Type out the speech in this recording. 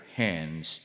hands